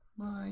Bye